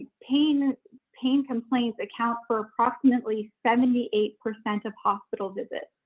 pain pain complaints account for approximately seventy eight percent of hospital visits.